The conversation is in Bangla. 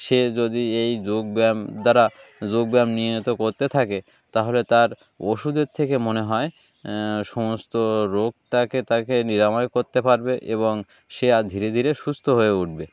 সে যদি এই যোগব্যায়াম দ্বারা যোগব্যায়াম নিয়মিত করতে থাকে তাহলে তার ওষুধের থেকে মনে হয় সমস্ত রোগটাকে তাকে নিরাময় করতে পারবে এবং সে আর ধীরে ধীরে সুস্থ হয়ে উঠবে